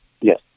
Yes